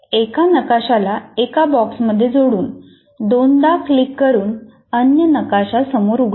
एका नकाशाला एका बॉक्समध्ये जोडून दोनदा क्लिक करून अन्य नकाशा समोर उघडेल